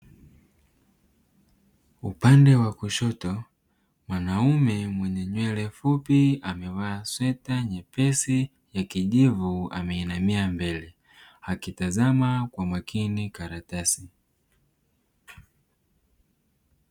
Upande wa kushoto mwanamume mwenye nywele fupi amevaa sweta nyepesi ya kijivu ameinamia mbele akitazama kwa makini karatasi.